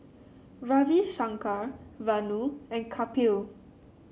Ravi Shankar Vanu and Kapil